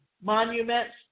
monuments